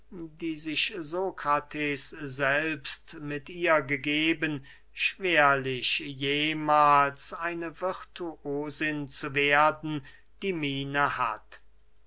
die sich sokrates selbst mit ihr gegeben schwerlich jemahls eine virtuosin zu werden die miene hat